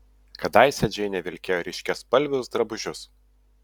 kadaise džeinė vilkėjo ryškiaspalvius drabužius